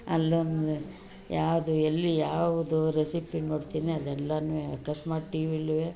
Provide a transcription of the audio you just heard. ಅಲ್ಲೊಂದು ಯಾವುದು ಎಲ್ಲಿ ಯಾವುದು ರೆಸಿಪಿ ನೋಡ್ತೀನಿ ಅದೆಲ್ಲನೂ ಅಕಸ್ಮಾತ್ ಟಿವಿಲುವೇ